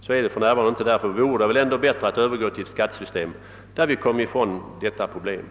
Så är det för närvarande inte, och därför vore det bättre att övergå till ett sådant skattesystem att vi kommer ifrån hela problemet.